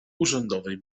urzędowej